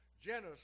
Genesis